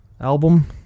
album